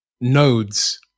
nodes